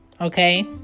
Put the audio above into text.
Okay